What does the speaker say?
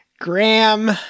Graham